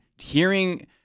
hearing